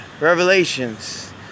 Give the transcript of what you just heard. revelations